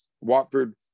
Watford